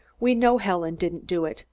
we know helen didn't do it.